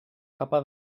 capa